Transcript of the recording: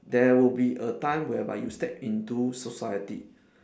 there will be a time whereby you step into society